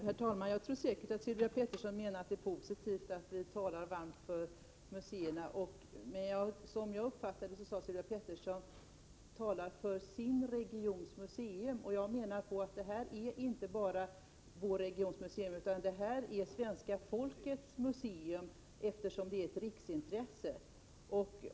Herr talman! Jag tror säkert att Sylvia Pettersson menar att det är positivt att vi talar varmt för museerna, men som jag uppfattade det sade hon ”talar för sina regioners museer”. Det här är inte fråga om bara vår regions museum, utan det är svenska folkets museum, eftersom det har ett riksintresse.